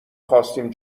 خواستیم